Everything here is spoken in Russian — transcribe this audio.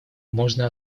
можно